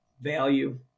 value